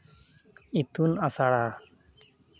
ᱤᱛᱩᱱ ᱟᱥᱲᱟ